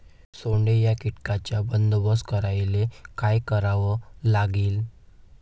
सोंडे या कीटकांचा बंदोबस्त करायले का करावं लागीन?